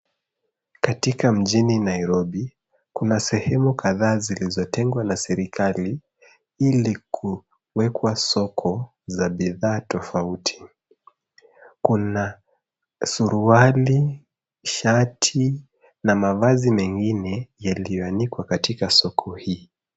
Katika mjini Nairobi, kuna sehemu kadhaa zilizotengwa na serikali, ili kuwekwa soko za bidhaa tofauti. Kuna suruali, shati na mavazi mengine yaliyoanikwa katika soko hii.